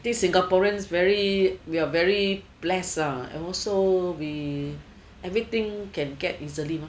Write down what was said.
these singaporeans very we're very blessed are and also we everything can get easily mah